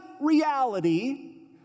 reality